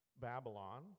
Babylon